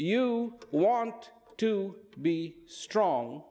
you want to be strong